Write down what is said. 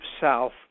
South